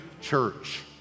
church